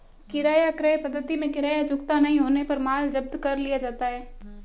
किराया क्रय पद्धति में किराया चुकता नहीं होने पर माल जब्त कर लिया जाता है